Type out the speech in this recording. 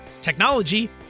technology